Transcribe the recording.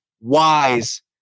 wise